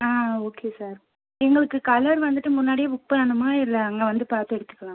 ஆ okay sir எங்களுக்கு colour வந்துட்டு முன்னாடியே புக் பண்ணணுமா இல்லை அங்கே வந்து பார்த்து எடுத்துக்கலாம்